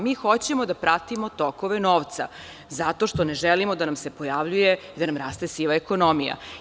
Mi hoćemo da pratimo tokove novca, zato što ne želimo da nam se pojavljuje da nam raste siva ekonomija.